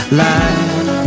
life